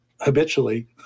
habitually